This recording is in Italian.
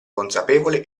consapevole